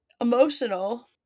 emotional